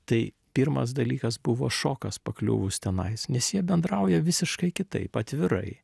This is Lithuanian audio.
tai pirmas dalykas buvo šokas pakliuvus tenais nes jie bendrauja visiškai kitaip atvirai